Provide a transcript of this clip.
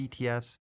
ETFs